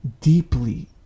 deeply